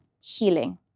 healing